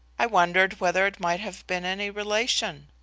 i wondered whether it might have been any relation?